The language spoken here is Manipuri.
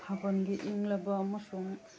ꯊꯥꯕꯜꯒꯤ ꯏꯪꯂꯕ ꯑꯃꯁꯨꯡ